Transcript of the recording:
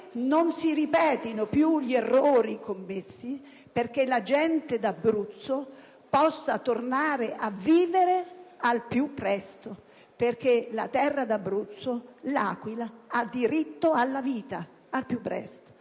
non si ripetano più gli errori commessi, perché la gente d'Abruzzo possa tornare a vivere al più presto e perché la terra d'Abruzzo, L'Aquila, hanno diritto di tornare alla vita al più presto.